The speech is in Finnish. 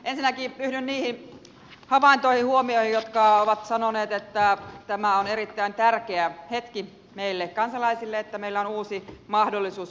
ensinnäkin yhdyn niiden havaintoihin huomioihin joissa on sanottu että tämä on erittäin tärkeä hetki meille kansalaisille että meillä on uusi mahdollisuus vaikuttaa asioihin